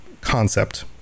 concept